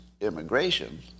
immigration